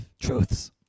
truths